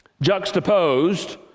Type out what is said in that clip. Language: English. juxtaposed